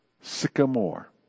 Sycamore